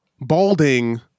Balding